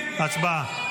הצבעה.